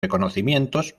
reconocimientos